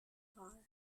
power